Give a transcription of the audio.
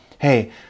hey